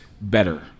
better